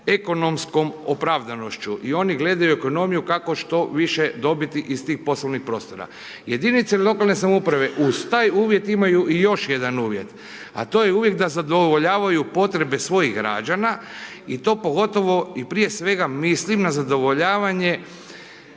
ekonomskom opravdanošću i oni gledaju ekonomiju kako što više dobiti iz tih poslovnih prostora. Jedinice lokalne samouprave uz taj uvjet imaju i još jedan uvjet, a to je uvjet da zadovoljavaju potrebe svojih građana i to pogotovo i prije svega mislim na zadovoljavanje